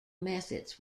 methods